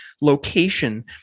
location